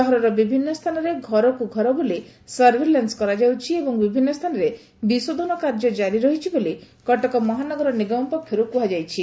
ସହରର ବିଭିନ୍ନ ସ୍ଚାନରେ ଘରକୁ ଘର ବୁଲି ସଭେଲାନ୍ କରାଯାଉଛି ଏବଂ ବିଭିନ୍ ସ୍ରାନରେ ବିଶୋଧନ କାର୍ଯ୍ୟ ଜାରି ରହିଛି ବୋଲି କଟକ ମହାନଗର ନିଗମ ପକ୍ଷର୍ କୁହାଯାଇଛି